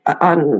on